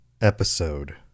episode